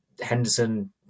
Henderson